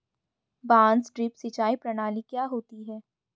बांस ड्रिप सिंचाई प्रणाली क्या होती है?